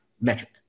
metric